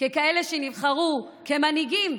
ככאלה שנבחרו כמנהיגים,